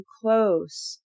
close